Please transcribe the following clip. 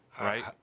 right